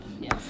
Yes